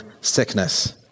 sickness